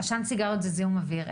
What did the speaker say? עשן סיגריות זה זיהום אוויר,